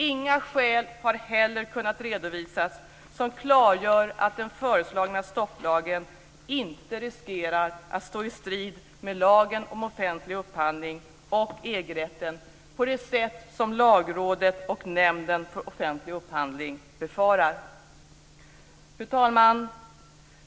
Inga skäl har heller kunnat redovisas som klargör att den föreslagna stopplagen inte riskerar att stå i strid med lagen om offentlig upphandling och EG-rätten, på det sätt som Lagrådet och Nämnden för offentlig upphandling befarar. Fru talman!